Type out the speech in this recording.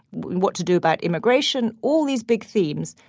what to do about immigration all these big themes.